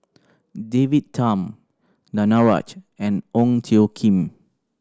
David Tham Danaraj and Ong Tjoe Kim